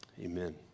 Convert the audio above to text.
Amen